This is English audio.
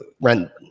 rent